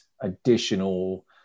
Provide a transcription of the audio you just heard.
additional